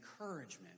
encouragement